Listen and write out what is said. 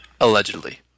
Allegedly